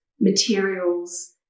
materials